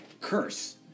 curse